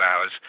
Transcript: hours